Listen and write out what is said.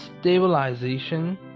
stabilization